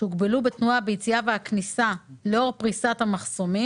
ועל כך שהתקנות האלה הגיעו